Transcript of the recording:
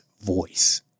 voice